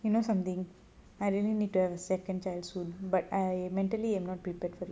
you know something I really need to have a second child soon but I mentally am not prepared for